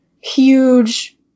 huge